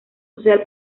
social